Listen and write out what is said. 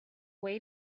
way